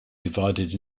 divided